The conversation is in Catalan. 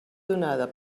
donada